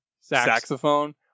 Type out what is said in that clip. saxophone